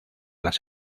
las